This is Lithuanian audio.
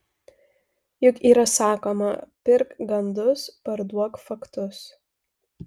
juk yra sakoma pirk gandus parduok faktus